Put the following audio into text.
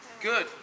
Good